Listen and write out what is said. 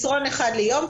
מסרון אחד ליום,